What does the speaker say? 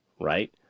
right